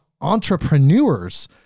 entrepreneurs